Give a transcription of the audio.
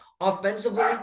Offensively